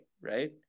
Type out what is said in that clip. right